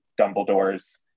Dumbledore's